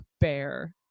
bear